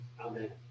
Amen